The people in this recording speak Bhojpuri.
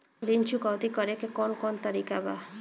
ऋण चुकौती करेके कौन कोन तरीका बा?